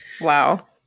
Wow